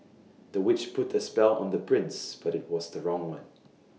the witch put A spell on the prince but IT was the wrong one